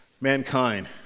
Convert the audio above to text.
Mankind